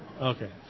Okay